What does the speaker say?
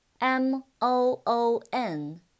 m-o-o-n